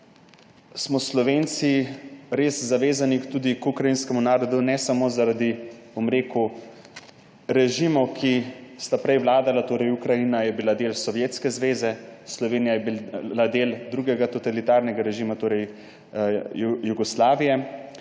smo Slovenci res zavezani tudi ukrajinskemu narodu ne samo zaradi, bom rekel, režimov, ki sta prej vladala, torej Ukrajina je bila del Sovjetske zveze, Slovenija je bila del drugega totalitarnega režima, torej Jugoslavije.